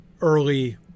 early